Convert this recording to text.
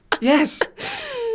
Yes